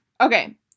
okay